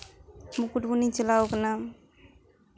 ᱢᱩᱠᱩᱴᱢᱚᱱᱤᱧ ᱪᱟᱞᱟᱣ ᱠᱟᱱᱟ